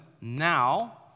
Now